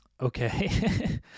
Okay